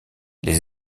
les